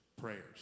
prayers